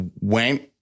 went